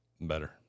better